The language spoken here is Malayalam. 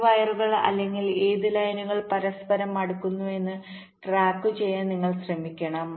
ഏത് വയറുകൾ അല്ലെങ്കിൽ ഏത് ലൈനുകൾ പരസ്പരം അടുക്കുന്നുവെന്ന് ട്രാക്കുചെയ്യാൻ നിങ്ങൾ ശ്രമിക്കണം